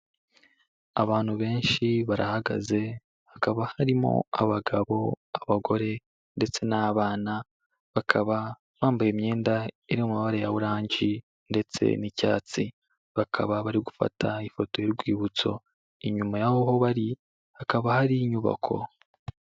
Abantu benshi barahagaze, hakaba harimo abagabo, abagore ndetse n'abana, bakaba bambaye imyenda iri mu mabara ya oranji ndetse n'icyatsi. Bakaba bari gufata ifoto y'urwibutso. Inyuma yaho aho bari, hakaba hari inyubako.